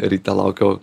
ryte laukiau